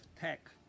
tech